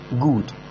Good